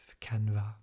Canva